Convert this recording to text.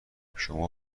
شما